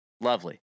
Lovely